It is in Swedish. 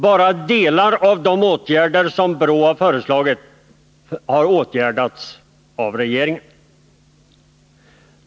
Bara delar av de åtgärder som BRÅ har föreslagit har genomförts av regeringen.